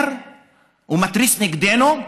מתריס נגדנו: